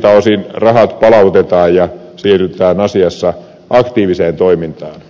talousrikosselvitystä heikentänyt rahat palautetaan ja siirrytään asiassa aktiiviseen toimintaan